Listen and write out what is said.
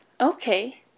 okay